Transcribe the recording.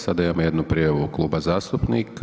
Sada imamo jednu prijavu kluba zastupnika.